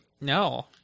no